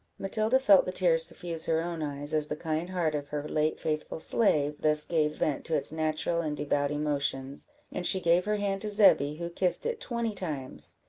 matilda felt the tears suffuse her own eyes, as the kind heart of her late faithful slave thus gave vent to its natural and devout emotions and she gave her hand to zebby, who kissed it twenty times.